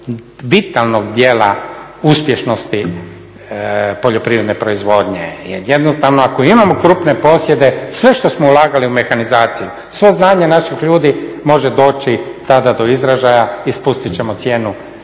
vitalnog dijela uspješnosti poljoprivredne proizvodnje jer jednostavno ako imamo krupne posjede sve što smo ulagali u mehanizaciju, svo znanje naših ljudi može doći tada do izražaja i spustit ćemo cijenu